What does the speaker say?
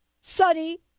sunny